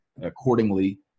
accordingly